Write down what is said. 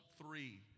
three